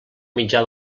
mitjà